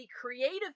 creative